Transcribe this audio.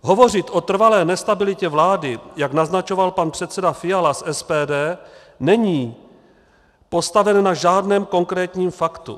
Hovořit o trvalé nestabilitě vlády, jak naznačoval pan předseda Fiala z SPD, není postaveno na žádném konkrétním faktu.